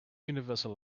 universal